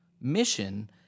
mission